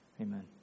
amen